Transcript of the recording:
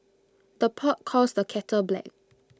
the pot calls the kettle black